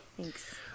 Thanks